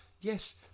Yes